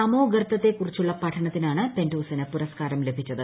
തമോർത്തത്തെക്കുറിച്ചുള്ള പഠനത്തിനാണ് പെന്റോസിന് പുരസ്കാരം ലഭിച്ചത്